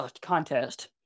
contest